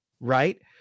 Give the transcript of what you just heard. right